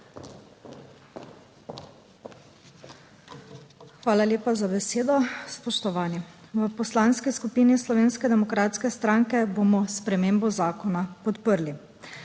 Hvala lepa za besedo. Spoštovani! V Poslanski skupini Slovenske demokratske stranke bomo spremembo zakona podprli.